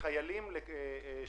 ללימודים או לא לימודים,